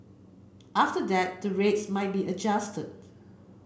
after that the rates might be adjusted